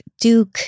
Duke